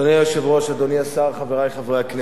אדוני היושב-ראש, אדוני השר, חברי חברי הכנסת,